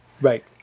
Right